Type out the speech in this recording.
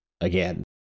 Again